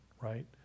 right